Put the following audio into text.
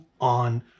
on